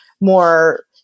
more